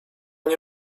nie